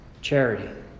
Charity